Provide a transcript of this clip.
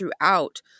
throughout